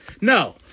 No